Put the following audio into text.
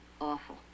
Awful